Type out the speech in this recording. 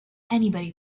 anybody